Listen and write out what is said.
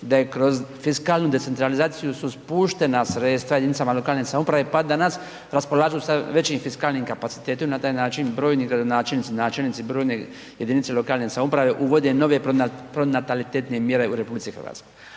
da je kroz fiskalnu decentralizaciju su spuštena sredstva jedinicama lokalne samouprave pa danas raspolažu sa većim fiskalnim kapacitetom i na taj način brojni gradonačelnici i načelnici, brojne jedinice lokalne samouprave uvode nove pronatalitetne mjere u RH. A kad govorimo